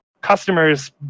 customer's